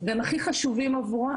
והם הכי חשובים עבורם,